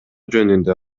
жөнүндө